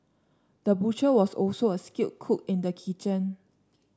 the butcher was also a skilled cook in the kitchen